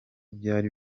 byari